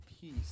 peace